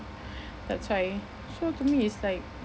that's why so to me it's like